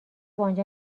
آنجا